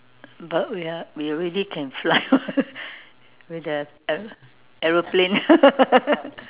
but wait ah we already can fly [what] with the aero~ aeroplane